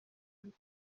and